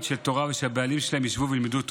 של תורה ושהבעלים שלהן ישבו וילמדו תורה,